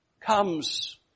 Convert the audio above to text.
comes